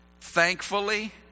thankfully